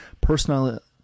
personality